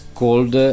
called